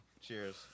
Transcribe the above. Cheers